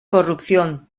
corrupción